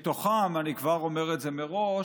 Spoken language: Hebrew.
מתוכם, ואני אומר את זה כבר מראש,